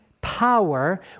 power